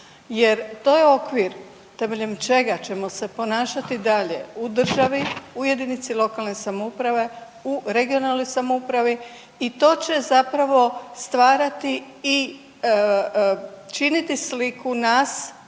jer to je okvir temeljem čega ćemo se ponašati dalje u državi, u jedinici lokalne samouprave, u regionalnoj samoupravi i to će zapravo stvarati i činiti sliku nas